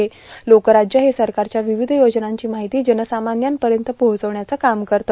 लोकराज्य हे सरकारच्या विविध योजनांची माहिती जनसामान्यांपर्यंत पोहोचविण्याचं काम करते